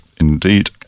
indeed